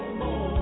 more